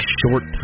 short